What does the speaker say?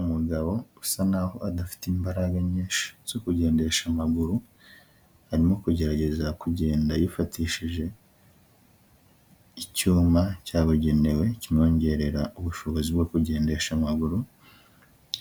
Umugabo usa nk'aho adafite imbaraga nyinshi zo kugendesha amaguru, arimo kugerageza kugenda yifatishije icyuma cyabugenewe kimwongerera ubushobozi bwo kugendesha amaguru